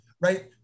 right